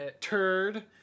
turd